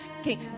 Okay